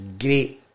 great